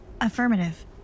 Affirmative